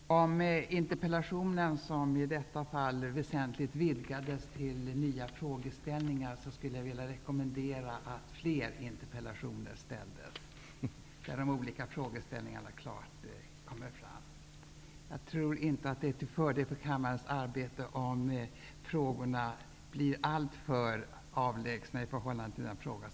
Nu pågående interpellationsdebatt har vidgats till väsentligt nya frågeställningar. Jag skulle vilja rekommendera debattdeltagarna att, i stället för att fortsätta debatten i nuvarande form, ställa nya interpellationer där de olika frågeställningarna klart kommer fram.